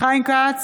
חיים כץ,